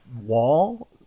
wall